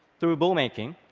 through bowmaking,